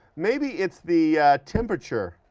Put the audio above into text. maybe it's the temperature